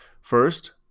First